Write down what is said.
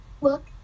look